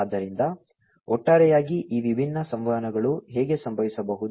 ಆದ್ದರಿಂದ ಒಟ್ಟಾರೆಯಾಗಿ ಈ ವಿಭಿನ್ನ ಸಂವಹನಗಳು ಹೇಗೆ ಸಂಭವಿಸಬಹುದು